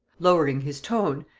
lowering his tone,